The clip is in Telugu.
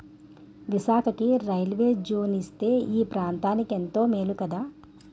విశాఖకి రైల్వే జోను ఇస్తే ఈ ప్రాంతనికెంతో మేలు కదా